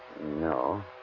No